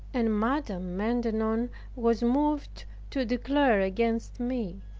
and madame maintenon was moved to declare against me,